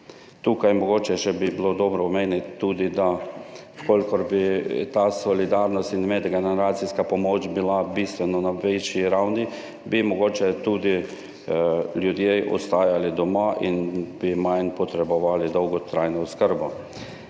bilo mogoče še dobro omeniti tudi to, da če bi bila ta solidarnost in medgeneracijska pomoč bistveno na višji ravni, bi mogoče tudi ljudje ostajali doma in bi manj potrebovali dolgotrajno oskrbo.